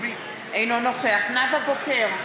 אינו נוכח נאוה בוקר,